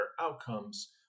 outcomes